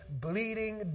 bleeding